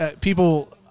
people